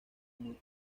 muy